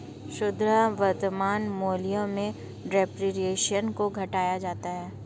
शुद्ध वर्तमान मूल्य में डेप्रिसिएशन को घटाया जाता है